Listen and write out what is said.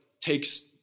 takes